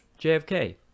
JFK